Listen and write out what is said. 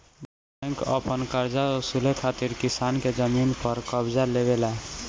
bank अपन करजा वसूले खातिर किसान के जमीन पर कब्ज़ा लेवेला